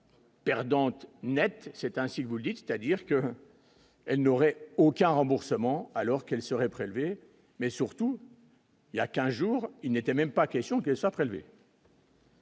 c'est ainsi que vous le dites, c'est-à-dire que, elle, n'aurait aucun remboursement alors elle serait prélevée mais surtout. Il y a 15 jours, il n'était même pas question que ça. Ce